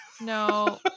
No